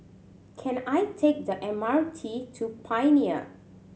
can I take the M R T to Pioneer